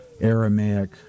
Aramaic